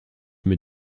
mit